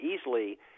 easily